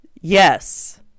Yes